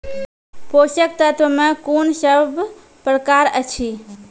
पोसक तत्व मे कून सब प्रकार अछि?